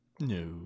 No